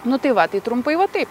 nu tai va tai trumpai va taip